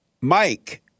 Mike